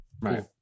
right